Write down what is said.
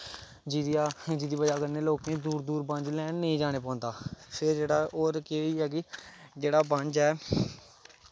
जेह्दी बजह कन्नैं लोकें गी दूर दूर नेईं जाने पौंदा फिर जेह्ड़ा केह् होइयै कि जेह्ड़ा बंज ऐ